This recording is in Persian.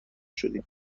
شدیم